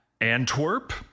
Antwerp